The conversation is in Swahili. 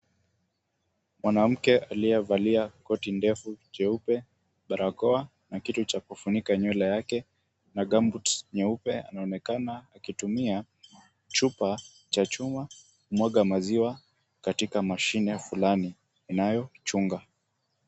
Mwanamke aliyevalia koti ndefu jeupe, barakoa na kitu cha kufunika nywele yake, na gumboots nyeupe, anaonekana akitumia chupa cha chuma, kumwaga maziwa katika mashine fulani inayo chunga.